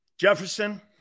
Jefferson